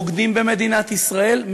בוגדים במדינת ישראל,